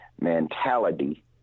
mentality